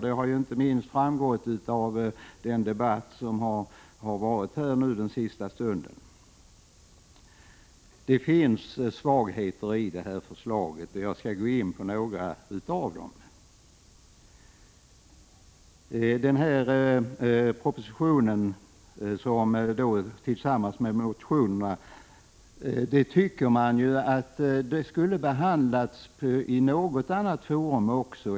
Det har framgått inte minst av den debatt som just förts här i kammaren. Det finns svagheter i förslaget, och jag skall gå in på några av dem. Man kan tycka att denna proposition tillsammans med motionerna borde ha behandlats också i något annat forum.